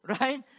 Right